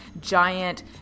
giant